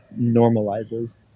normalizes